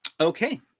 Okay